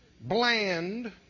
bland